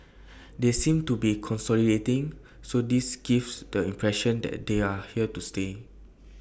they seem to be consolidating so this gives the impression that they are here to stay